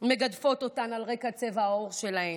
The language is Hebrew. ומגדפות אותן על רקע צבע העור שלהן.